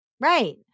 Right